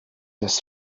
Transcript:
was